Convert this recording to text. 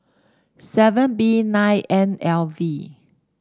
seven B nine N L V